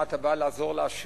מה, אתה בא לעזור לעשירים?